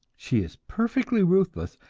she is perfectly ruthless,